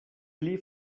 pli